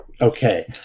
Okay